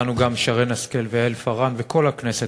ואתנו גם שרן השכל ויעל פארן וכל הכנסת,